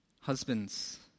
Husbands